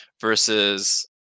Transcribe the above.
versus